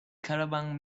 caravan